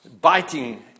biting